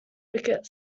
wicket